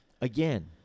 again